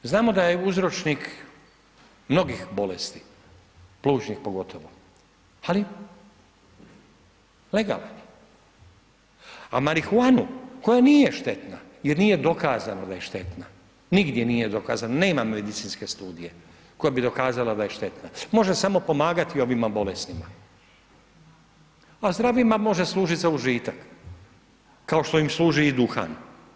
Znamo da je uzročnik mnogih bolesti plućnih pogotovo, ali legalno, a marihuanu koja nije štetna jer nije dokazano da je štetno, nigdje nije dokazano nema medicinske studije koja bi dokazala da je štetna, može samo pomagati ovima bolesnima, a zdravima može služiti za užitak, kao što im služi i duhan.